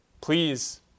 Please